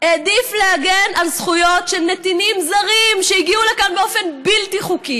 והעדיף להגן על זכויות של נתינים זרים שהגיעו לכאן באופן בלתי חוקי,